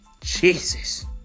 Jesus